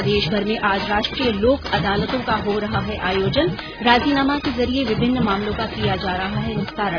प्रदेशभर में आज राष्ट्रीय लोक अदालतों का हो रहा है आयोजन राजीनामा के जरिए विभिन्न मामलों का किया जा रहा है निस्तारण